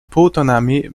półtonami